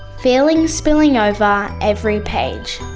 feelings spilling over every page.